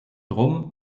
rum